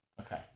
Okay